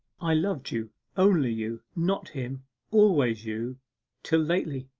i loved you only you not him always you till lately.